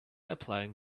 applying